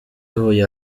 huye